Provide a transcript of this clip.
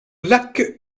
lac